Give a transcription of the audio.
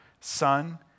Son